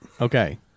Okay